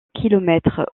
kilomètres